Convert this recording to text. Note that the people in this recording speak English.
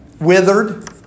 withered